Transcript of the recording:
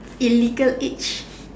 illegal age